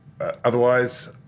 Otherwise